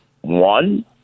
one